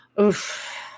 Oof